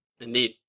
Indeed